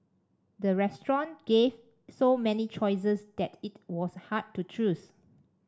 the restaurant gave so many choices that it was hard to choose